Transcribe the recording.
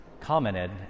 commented